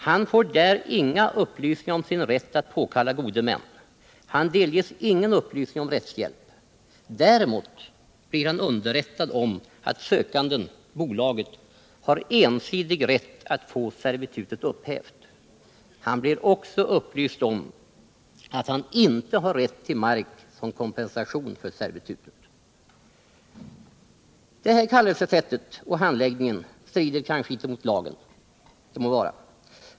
Han får där inga upplysningar om sin rätt att påkalla godemän. Han delges ingen upplysning om rättshjälp. Däremot blir han underrättad om att sökanden, bolaget, har ensidig rätt att få servitutet upphävt. Han blir också upplyst om att han inte har rätt till mark som kompensation för servitutet. Det här kallelsesättet och den här handläggningen strider kanske inte mot lagen; det må vara sant.